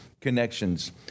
connections